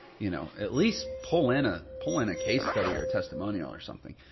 you know, at least pull in a, pull in a case study or a testimonial or something.